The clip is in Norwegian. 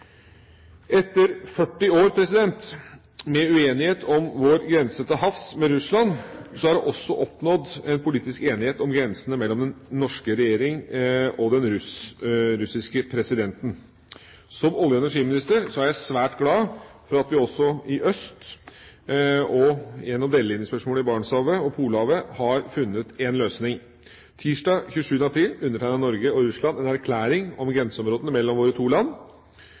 Etter 40 år med uenighet om vår grense til havs med Russland er det oppnådd politisk enighet om grensene mellom den norske regjering og den russiske presidenten. Som olje- og energiminister er jeg svært glad for at vi også i øst og gjennom delelinjespørsmålet i Barentshavet og Polhavet har funnet en løsning. Tirsdag 27. april undertegnet Norge og Russland en erklæring om grenseområdene mellom våre to land.